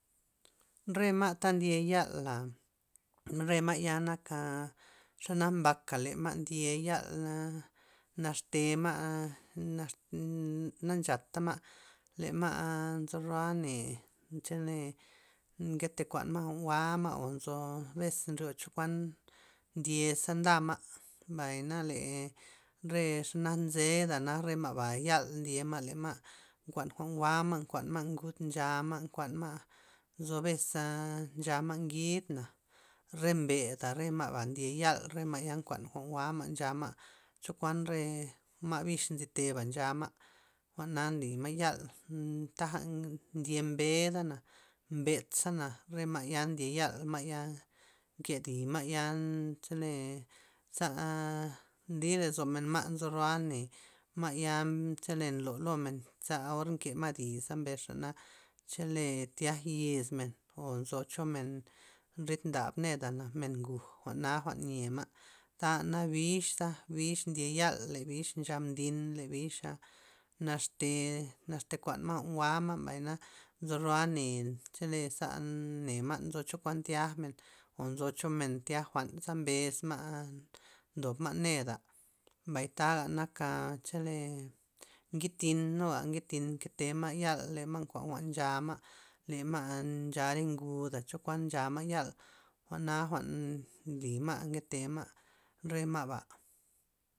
Re ma' ta ndye yala', re ma' ya nak xanak mbaka', le ma' ndye yal, nax tema' na- na nchata ma' le ma' nzo ro'a ne chele nkete kuan ma' jwa'n jwa'ma o nzo abes chokuan ndiez ze nda ma', mbay na le xe nak re nzeda re ma' ba yal ndye ma' le ma' nkuan jwa'n jwa'ma' nkuan ma' ngud jwa'ma', nkuan ma' nzo abes ncha ma' ngid na', re mbe'da re ma'ba ndye yal, re ma' ya kuan jwa'n jwa' nchama' cho kuan re ma' bix nzite'ba ncha ma', jwa'na nly ma' yal nn- taja ndye mbe'da na, mbed' za'na ma' ya ndye yal nke di' ma'ya chele za nly lozomen ma' nzo ro'a ne ma' ya nlo lomen za or nke ma' di lomen mbez xana chele tyak yismen o nzo cho men rid ndap neda men nguj, jwa'na nye ma', taga nak bich za, bix ndye yal. bix ncha mdin, le bixa' naxte naxte' kuan ma' jwa'n jwa'ma na nzo ro'a ne chele ne nzo chokuan tyakmen o nzo chomen tiak jwa'n za mbez ma' ndob ma' neda', mbat taga nak a chole ngid tin' nuga ngid tin nke tema' yal, ma' nkuan ma' jwa'n ncha ma', le ma' ncha re nguda chokuan ncha ma' yal, jwa'na jwa'n nly ma' nke tema' re ma'ba.